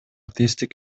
тесттик